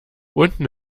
unten